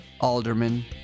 Alderman